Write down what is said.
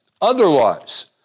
otherwise